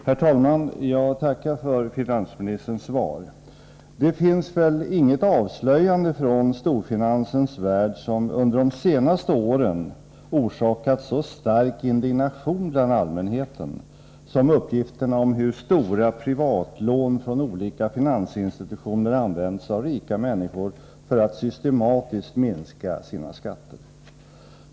Herr talman! Jag tackar för finansministerns svar. Det finns väl inget avslöjande från storfinansens värld som under de senaste åren orsakat så stark indignation bland allmänheten som uppgifterna om hur stora privatlån från olika finansinstitutioner använts av rika människor för att systematiskt minska sina skatter.